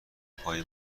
پای